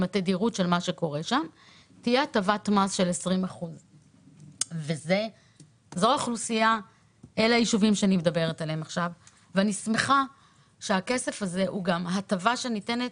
תהיה הטבת מס של 20%. הכסף הזה הוא גם הטבה שניתנת